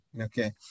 Okay